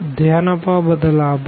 ધ્યાન આપવા બદલ આભાર